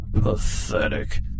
Pathetic